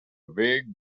big